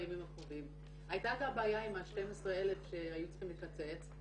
הייתה את הבעיה עם ה-12,000 שהיו צריכים לקצץ.